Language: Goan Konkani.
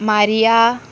मारिया